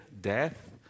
death